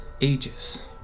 ages